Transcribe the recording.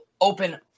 open